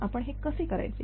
तर आपण हे कसे करायचे